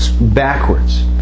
backwards